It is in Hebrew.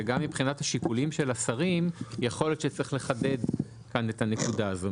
שגם מבחינת השיקולים של השרים יכול להיות שצריך לחדד כאן את הנקודה הזו,